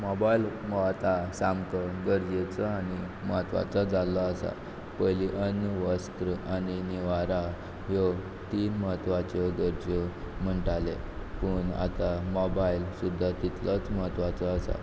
mobile हो आतां सामको गरजेचो आनी महत्वाचो जाल्लो आसा पयलीं अन्न वस्त्र आनी निवारा ह्यो तीन महत्वाच्यो गरज्यो म्हणटाले पूण आतां मोबायल सुद्दां तितलोच महत्वाचो आसा